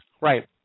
Right